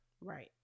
Right